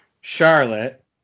Charlotte